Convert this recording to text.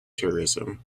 tourism